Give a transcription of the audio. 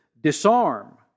Disarm